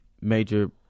major